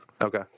Okay